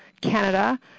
Canada